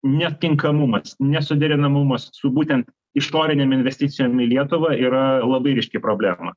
netinkamumas nesuderinamumas su būtent išorinėm investicijom į lietuvą yra labai ryški problema